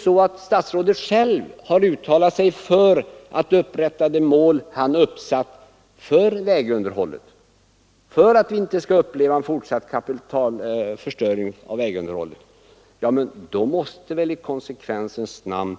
Statsrådet har ju uttalat sig för att upprätthålla de mål han uppsatt för vägunderhållet och för att vi inte skall behöva uppleva en fortsatt kapitalförstöring beträffande vägunderhållet, och då måste väl i konsekvensens namn